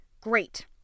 Great